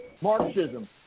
Marxism